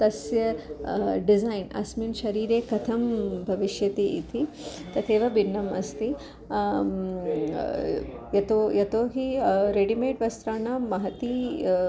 तस्य डिज़ैन् अस्मिन् शरीरे कथं भविष्यति इति तथैव भिन्नम् अस्ति यतो यतोहि रेडिमेड् वस्त्राणां महती